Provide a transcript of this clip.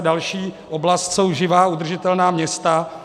Další oblast jsou živá udržitelná města.